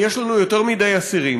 אם יש לנו יותר מדי אסירים,